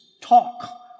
talk